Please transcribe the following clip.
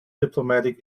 diplomatic